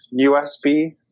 USB